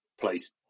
place